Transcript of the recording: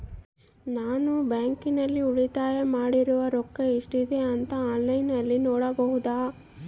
ನಾನು ಬ್ಯಾಂಕಿನಲ್ಲಿ ಉಳಿತಾಯ ಮಾಡಿರೋ ರೊಕ್ಕ ಎಷ್ಟಿದೆ ಅಂತಾ ಆನ್ಲೈನಿನಲ್ಲಿ ನೋಡಬಹುದಾ?